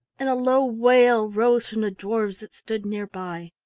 and a low wail arose from the dwarfs that stood near by.